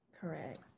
Correct